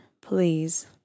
Please